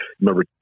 Remember